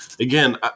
again